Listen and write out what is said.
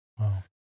wow